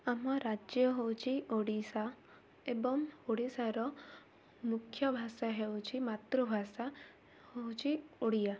ଆମ ରାଜ୍ୟ ହେଉଛି ଓଡ଼ିଶା ଏବଂ ଓଡ଼ିଶାର ମୁଖ୍ୟ ଭାଷା ହେଉଛି ମାତୃଭାଷା ହେଉଛି ଓଡ଼ିଆ